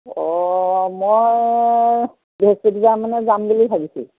অ মই বৃহস্পতিবাৰ মানে যাম বুলি ভাবিছোঁ